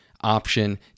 option